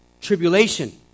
Tribulation